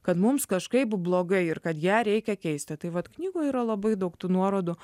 kad mums kažkaip blogai ir kad ją reikia keisti tai vat knygoj yra labai daug tų nuorodų